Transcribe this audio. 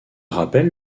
rappelle